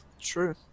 True